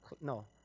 no